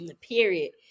period